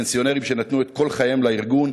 פנסיונרים שנתנו את כל חייהם לארגון,